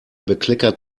bekleckert